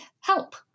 help